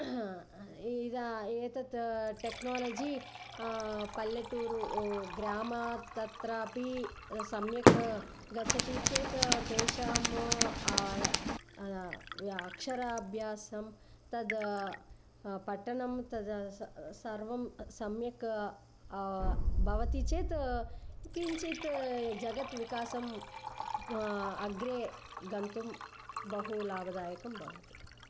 इदा एतत् टेक्नालजी पल्लट्टूरु ग्राम तत्रापि सम्यक् गच्छति चेत् तेषां अक्षराभ्यासं तत् पठनम् तत् सर्वं सम्यक् भवति चेत् किञ्जित् जगद्विकासं अग्रे गन्तुं बहु लाभदायकं भवति